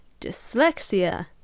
dyslexia